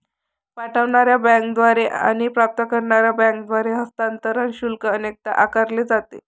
पाठवणार्या बँकेद्वारे आणि प्राप्त करणार्या बँकेद्वारे हस्तांतरण शुल्क अनेकदा आकारले जाते